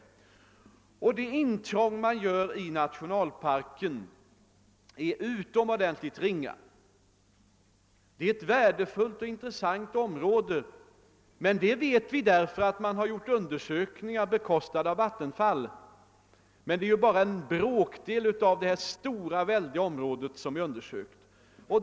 Vidare är det intrång man gör i nationalparken utomordentligt ringa. Det rör ett värdefullt och intressant område, det vet vi därför att det har gjorts undersökningar bekostade av Vattenfall, men det är bara en bråkdel av det stora, väldiga område som är undersökt.